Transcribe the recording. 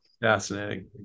fascinating